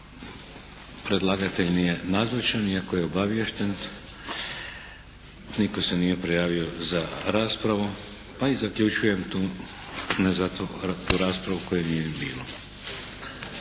Predlagatelj nije nazočan iako je obaviješten. Nitko se nije prijavio za raspravu, pa i zaključujem tu ne zato tu raspravu koje nije ni bilo.